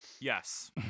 Yes